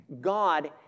God